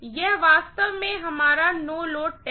यह वास्तव में हमारा नो लोड टेस्ट